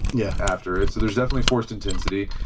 yeah, after it. so there's definitely forced intensity.